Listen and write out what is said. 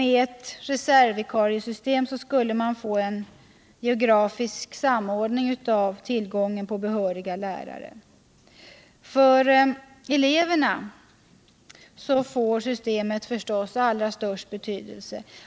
Med ett reservvikariesystem skulle man få en geografisk samordning av tillgången på behöriga lärare. För eleverna får systemet förstås den allra största betydelse.